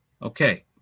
Okay